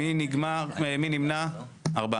הצבעה